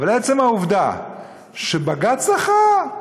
אבל עצם העובדה שבג"ץ דחה,